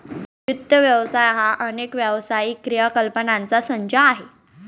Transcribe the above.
वित्त व्यवसाय हा अनेक व्यावसायिक क्रियाकलापांचा संच आहे